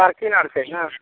आर की हाल छै ने